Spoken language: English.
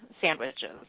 sandwiches